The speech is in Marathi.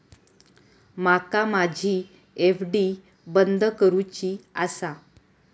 माका माझी एफ.डी बंद करुची आसा